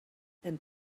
and